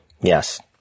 Yes